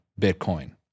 Bitcoin